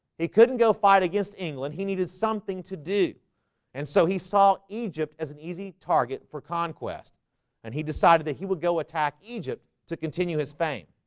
he couldn't go fight against england he needed something to do and so he saw egypt as an easy target for conquest and he decided that he would go attack egypt egypt to continue his fame